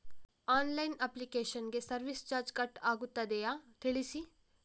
Online application ಗೆ service charge cut ಆಗುತ್ತದೆಯಾ ತಿಳಿಸಿ?